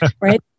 right